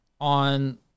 on